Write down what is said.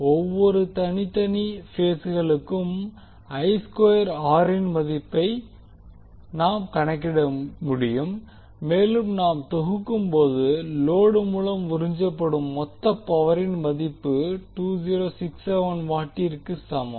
ஒவ்வொரு மற்றும் தனித்தனி பேஸ்களுக்கும் இன் மதிப்பை நாம் கணக்கிட முடியும் மேலும் நாம் தொகுக்கும்போது லோடு மூலம் உறிஞ்சப்படும் மொத்த பவரின் மதிப்பு 2067 வாட்டிற்கு சமம்